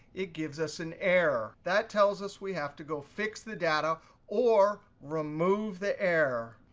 it gives us an error. that tells us we have to go fix the data or remove the error.